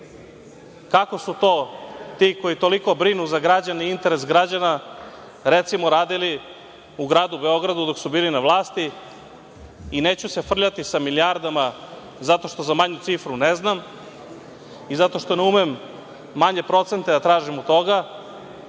kako su to ti koji toliko brinu za građane i interes građana recimo radili u Gradu Beogradu dok su bili na vlasti. Neću se frljati sa milijardama, zato što za manju cifru ne znam i zato što ne umem manje procente da tražim od toga